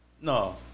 No